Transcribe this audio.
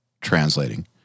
translating